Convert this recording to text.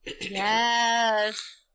Yes